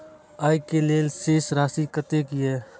आय के लेल शेष राशि कतेक या?